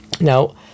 Now